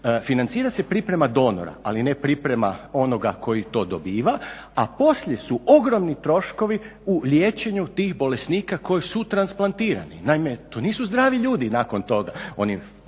financira se priprema donora ali ne priprema onoga koji to dobiva a poslije su ogromni troškovi u liječenju tih bolesnika koji su transplantirani. Naime to nisu zdravi ljudi nakon toga,